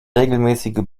regelmäßige